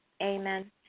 amen